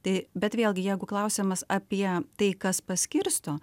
tai bet vėlgi jeigu klausimas apie tai kas paskirsto